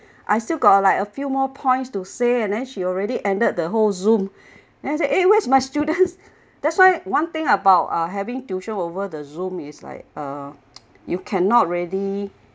I still got like a few more points to say and then she already ended the whole zoom and I said eh where's my students that's why one thing about uh having tuition over the zoom is like uh you cannot really